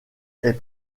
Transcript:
est